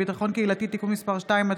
חוק הרשות הלאומית לביטחון קהילתי (תיקון מס' 2),